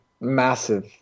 massive